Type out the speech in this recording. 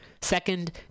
second